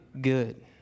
good